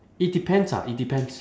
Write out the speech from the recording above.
it depends ah it depends